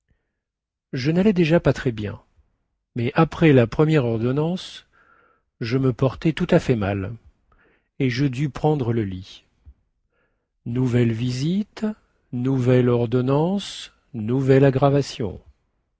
je nallais déjà pas très bien mais après la première ordonnance je me portai tout à fait mal et je dus prendre le lit nouvelle visite nouvelle ordonnance nouvelle aggravation